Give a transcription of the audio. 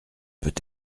peut